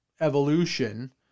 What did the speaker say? evolution